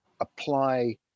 apply